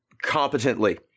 competently